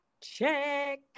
check